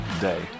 day